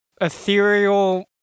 ethereal